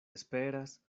esperas